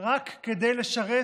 רק כדי לשרת